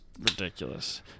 ridiculous